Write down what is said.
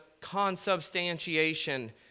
consubstantiation